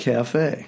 Cafe